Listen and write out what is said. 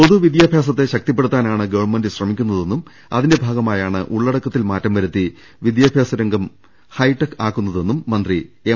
പൊതുവിദ്യാഭ്യാസത്തെ ശക്തിപ്പെടുത്താനാണ് ഗവൺമെന്റ് ശ്രമി ക്കുന്നതെന്നും അതിന്റെ ഭാഗമായാണ് ഉള്ളടക്കത്തിൽ മാറ്റം വരുത്തി വിദ്യാഭ്യാസ രംഗം ഹൈട്ടെക്കാക്കുന്നതെന്നും മന്ത്രി എം